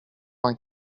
vingt